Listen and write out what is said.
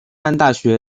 大学